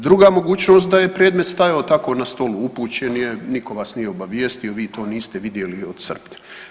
Druga mogućnost da je predmet stajao tako na stolu upućen je, nitko vas nije obavijestio, vi to niste vidjeli od srpnja.